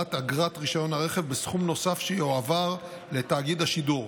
רישיון הרכב בסכום נוסף שיועבר לתאגיד השידור.